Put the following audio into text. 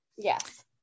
Yes